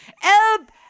help